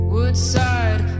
Woodside